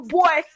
boy